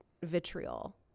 vitriol